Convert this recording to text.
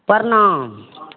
परनाम